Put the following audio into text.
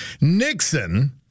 Nixon